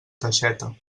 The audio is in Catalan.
teixeta